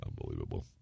unbelievable